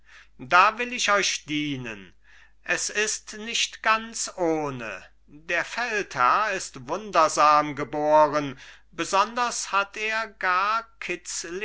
da will ich euch dienen es ist nicht ganz ohne der feldherr ist wundersam geboren besonders hat er gar